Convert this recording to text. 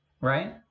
right